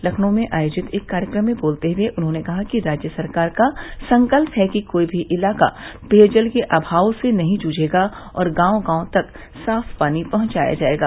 लखनऊ में आयोजित एक कार्यक्रम में बोलते हुए उन्होंने कहा कि सरकार का संकल्प है कि कोई भी इलाका पेयजल के अमाव से नहीं जूझेगा और गांव गांव तक साफ पानी पहचाया जायेगा